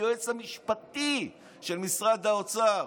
היועץ המשפטי של משרד האוצר,